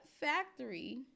factory